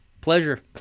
pleasure